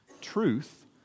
Truth